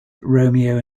romeo